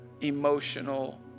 emotional